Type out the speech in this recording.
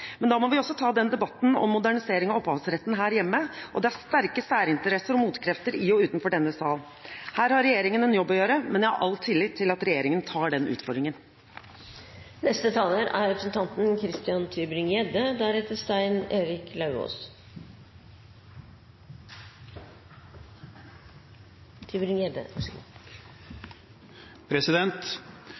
Men da må vi også ta debatten om modernisering av opphavsretten her hjemme, og det er sterke særinteresser og motkrefter i og utenfor denne sal. Her har regjeringen en jobb å gjøre, men jeg har all tillit til at regjeringen tar den utfordringen.